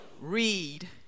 read